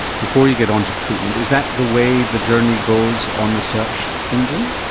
before you get onto treatment. is that the way the journey goes on the search engine?